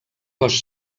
cos